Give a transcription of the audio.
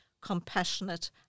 compassionate